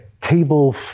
table